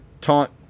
taunt